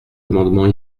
amendements